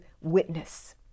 witness